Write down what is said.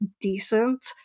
decent